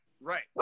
right